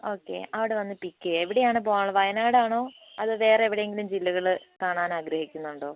okay അവിടെ വന്ന് pick ചെയ്യും എവിടെയാണ് പോവാനുള്ളത് വയനാടാണോ അതോ വേറെ എവിടെയെങ്കിലും ജില്ലകൾ കാണാൻ ആഗ്രഹിക്കുന്നുണ്ടോ